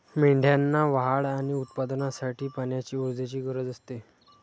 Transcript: मेंढ्यांना वाढ आणि उत्पादनासाठी पाण्याची ऊर्जेची गरज असते